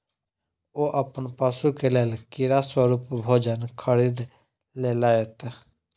ओ अपन पशु के लेल कीड़ा स्वरूप भोजन खरीद लेलैत